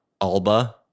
Alba